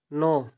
ନଅ